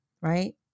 right